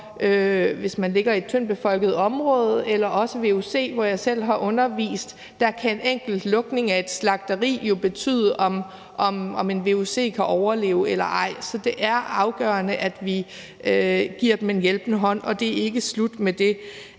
hvis de ligger i et tyndtbefolket område. I forhold til vuc, hvor jeg selv har undervist, kan en enkelt lukning af et slagteri jo få betydning for, om man kan overleve eller ej. Så det er afgørende, at vi giver dem en hjælpende hånd, og det er ikke slut med det.